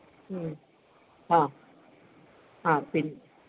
മ്മ് ആ ആ പിന്നെ